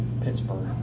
pittsburgh